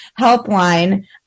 helpline